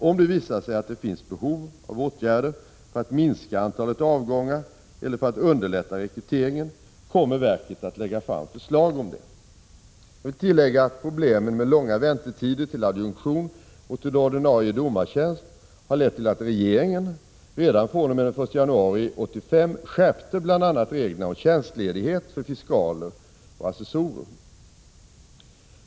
Om det visar sig att det finns behov av åtgärder för att minska antalet avgångar eller för att underlätta rekryteringen kommer verket att lägga fram förslag om detta. Jag vill tillägga att problemen med långa väntetider till adjunktion och till ordinarie domartjänst har lett till att regeringen redan fr.o.m. den 1 januari 1985 skärpte bl.a. reglerna om tjänstledighet för fiskaler och assessorer.